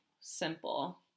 simple